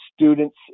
students